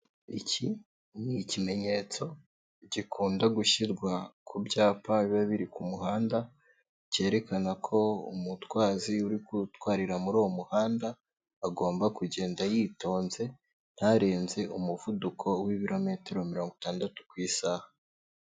Iki ni ikimenyetso gikunda gushyirwa ku byapa biba biri ku muhanda, cyerekana ko umutwazi uri gutwarira muri uwo muhanda, agomba kugenda yitonze ntarenze umuvuduko w'ibirometero mirongo itandatu ku isaha.